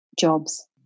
jobs